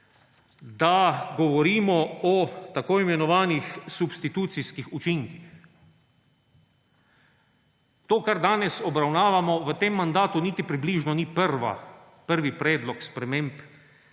da govorimo o tako imenovanih substitucijskih učinkih. To, kar danes obravnavamo, v tem mandatu niti približno ni prvi predlog sprememb